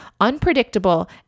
unpredictable